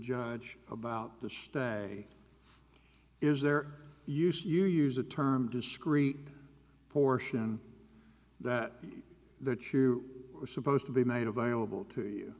judge about the stay is their use you use the term discreet portion that that you are supposed to be made available to you